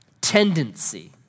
tendency